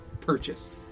purchased